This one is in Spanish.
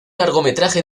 largometraje